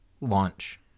launch